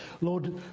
Lord